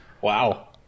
Wow